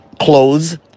clothes